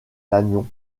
lannion